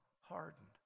hardened